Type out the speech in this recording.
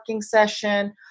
session